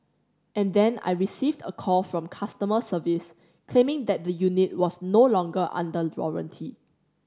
and then I received a call from customer service claiming that the unit was no longer under warranty